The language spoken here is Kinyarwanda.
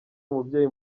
umubyeyi